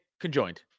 conjoined